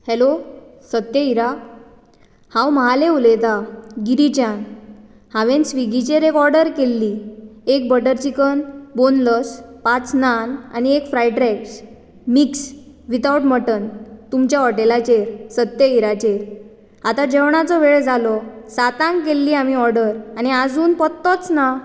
hello Satya Hira हांव महाले उलयतां गिरीच्यान हांवें स्विगीचेर एक ऑर्डर केल्ली एक बटर चिकन बॉनलस पांच नान आनी एक fried rice mix without mutton तुमच्या हॉटेलाचेर सत्य हिराचेर आतां जेवणाचो वेळ जालो सातांक केल्ली आमी ऑर्डर आनी आजून पत्तोच ना